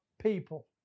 people